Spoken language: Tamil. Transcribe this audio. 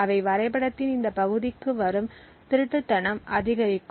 அவை வரைபடத்தின் இந்த பகுதிக்கு வரும் திருட்டுத்தனம் அதிகரிக்கும்